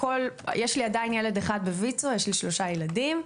יש לי עדיין ילד אחד בויצ"ו, יש לי שלושה ילדים.